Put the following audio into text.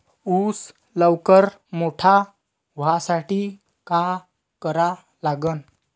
ऊस लवकर मोठा व्हासाठी का करा लागन?